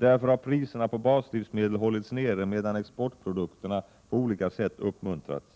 Därför har priserna på baslivsmedel hållits nere medan exportprodukterna på olika sätt uppmuntrats.